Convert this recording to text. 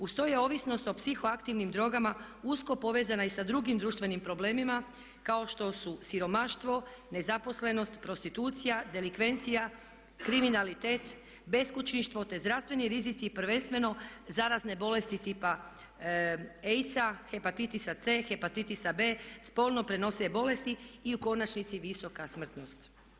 Uz to je ovisnost o psihoaktivnim drogama usko povezana i sa drugim društvenim problemima kao što su siromaštvo, nezaposlenost, prostitucija, delikvencija, kriminalitet, beskućništvo te zdravstveni rizici prvenstveno zarazne bolesti tipa AIDS-a, hepatitisa C, hepatitisa B, spolno prenosive bolesti i u konačnici visoka smrtnost.